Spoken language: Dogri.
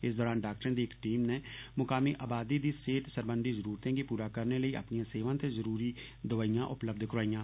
इस दौरान डाक्टरें दी इक टीम नै मुकामी आबादी दी सेहत सरबंधी जरुरतें गी प्रा करने लेई अपनियां सेवां ते जरुरी दवाइयां उपलब्ध करोआइयां